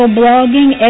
blogging